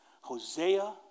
Hosea